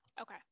okay